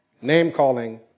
name-calling